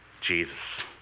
Jesus